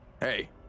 Hey